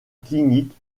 clinique